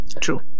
true